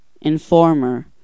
informer